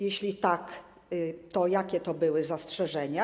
Jeśli tak, to jakie to były zastrzeżenia?